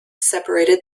separated